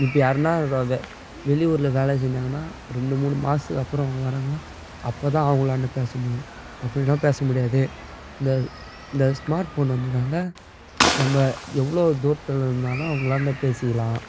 இப்போ யாருனா வெளியூரில் வேலை செஞ்சாங்கன்னா ரெண்டு மூணு மாசத்துக்கு அப்புறம் அவங்க வர்றாங்கன்னா அப்போ தான் அவங்களாண்ட பேச முடியும் அப்டில்லனா பேச முடியாது இந்த இந்த ஸ்மார்ட் ஃபோன் வந்ததால் நம்ம எவ்வளோ தூரத்தில் இருந்தாலும் அவங்களாண்ட பேசிக்கலாம்